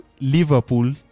Liverpool